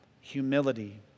humility